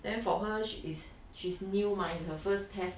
then for her is she's new mah it's her first test